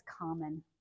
common